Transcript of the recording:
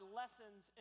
lessons